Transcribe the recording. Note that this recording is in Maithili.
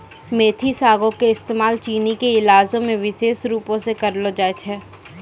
मेथी सागो के इस्तेमाल चीनी के इलाजो मे विशेष रुपो से करलो जाय छै